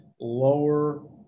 lower